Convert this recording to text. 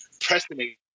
pressing